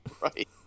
right